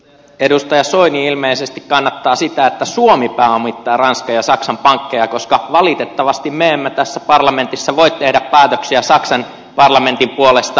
edustaja soini ilmeisesti kannattaa sitä että suomi pääomittaa ranskan ja saksan pankkeja koska valitettavasti me emme tässä parlamentissa voi tehdä päätöksiä saksan parlamentin puolesta